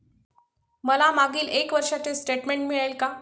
मला मागील एक वर्षाचे स्टेटमेंट मिळेल का?